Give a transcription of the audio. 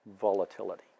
volatility